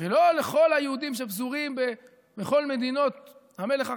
ולא לכל היהודים שפזורים בכל מדינות המלך אחשוורוש.